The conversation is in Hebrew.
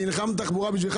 אני נלחם בתחבורה בשבילך.